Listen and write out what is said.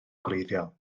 gwreiddiol